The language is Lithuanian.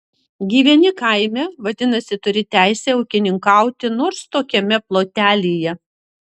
gyveni kaime vadinasi turi teisę ūkininkauti nors tokiame plotelyje